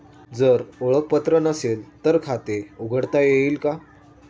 जर ओळखपत्र नसेल तर खाते उघडता येईल का?